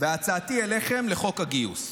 והצעתי אליכם לחוק הגיוס: